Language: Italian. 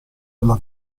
della